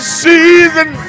season